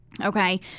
Okay